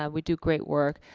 ah we do great work.